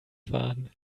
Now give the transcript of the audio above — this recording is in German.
fahren